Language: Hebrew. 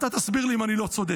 אתה תסביר לי אם אני לא צודק,